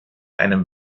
einem